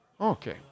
Okay